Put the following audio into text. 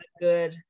good